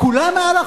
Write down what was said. כולם מעל החוק,